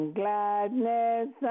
gladness